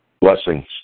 Blessings